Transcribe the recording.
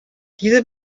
diese